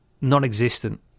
non-existent